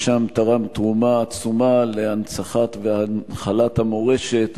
ושם תרם תרומה עצומה להנצחת והנחלת המורשת